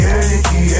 energy